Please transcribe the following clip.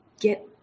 get